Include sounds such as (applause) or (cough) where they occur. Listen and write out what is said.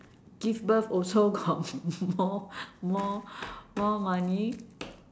give birth also got (laughs) more more more money